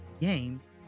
games